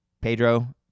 Pedro